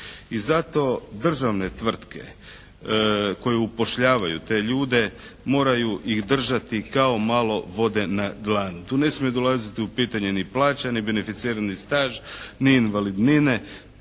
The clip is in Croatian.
I zato državne tvrtke koje upošljavaju te ljude moraju ih držati kao malo vode na dlanu. Tu ne smije dolaziti u pitanje ni plaća ni benificirani staž ni invalidnine.